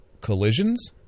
collisions